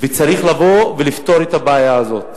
וצריך לבוא ולפתור את הבעיה הזאת